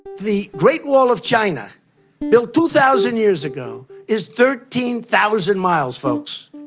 the great wall of china built two thousand years ago is thirteen thousand miles, folks,